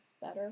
better